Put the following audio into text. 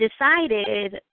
decided